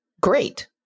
great